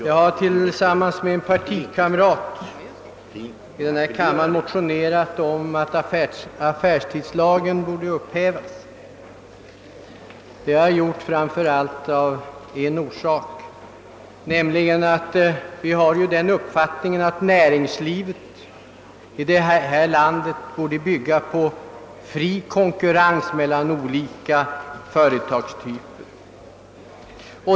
Herr talman! Jag har tillsammans med en partikamrat i denna kammare motionerat om att affärstidslagen skall upphävas. Vi stöder oss därvid främst på vår uppfattning att näringslivet i vårt land bör bygga på fri konkurrens mellan olika företagstyper.